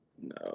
no